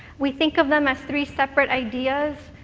we think of them as three separate ideas.